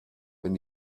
wenn